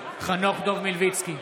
חנוך דב מלביצקי,